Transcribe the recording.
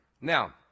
Now